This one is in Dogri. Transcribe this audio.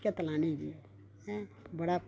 केत्त लानी ही भी ऐं बड़ा